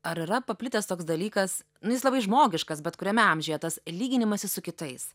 ar yra paplitęs toks dalykas nu jis labai žmogiškas bet kuriame amžiuje tas lyginimasis su kitais